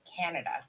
Canada